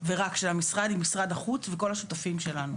ורק של המשרד עם משרד החוץ וכל השותפים שלנו,